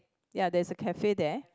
ya there is a cafe there